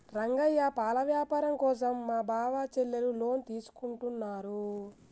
రంగయ్య పాల వ్యాపారం కోసం మా బావ చెల్లెలు లోన్ తీసుకుంటున్నారు